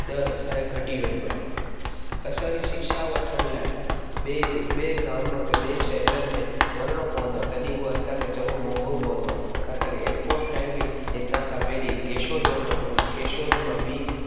ॾर असांजे घटी वेंदो आहे असांखे शिक्षा वठण लाइ ॿिए ॿिए गाम के ॿिए शहिरनि में वञिणो पवंदो आहे तॾहिं उहो असांखे चङो महांगो पवंदो आहे असांखे एरपोट लाइ बि हितां खां पहिरीं केशोद वञिणो पवंदो आहे केशोद मां ॿी